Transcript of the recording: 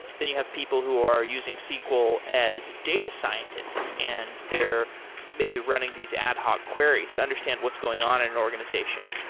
then you have people who are using sql as data scientists and they're maybe running these ad hoc queries to understand what's going on in an organization.